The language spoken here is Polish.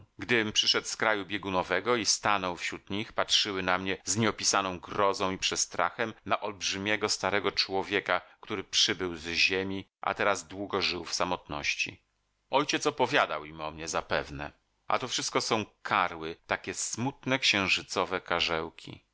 gdym przyszedł z kraju biegunowego i stanął wśród nich patrzyły na mnie z nieopisaną grozą i przestrachem na olbrzymiego starego człowieka który przybył z ziemi a teraz długo żył w samotności ojciec opowiadał im o mnie zapewne a to wszystko są karły takie smutne księżycowe karzełki od